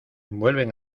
vuelven